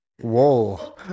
Whoa